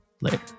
later